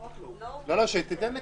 לא, תיתן לכולם,